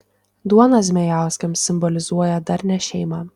duona zmejauskams simbolizuoja darnią šeimą